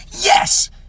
Yes